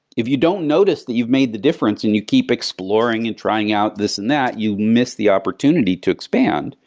if you don't notice that you've made the difference and you keep exploring and trying out this and that, you miss the opportunity to expand.